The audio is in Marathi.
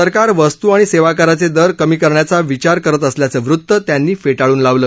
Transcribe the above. सरकार वस्तू आणि सेवा कराचे दर कमी करण्याचा विचार करत असल्याचं वृत्त त्यांनी फेटाळून लावलं